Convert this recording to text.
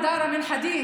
בקולורדו.